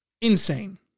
insane